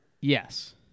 Yes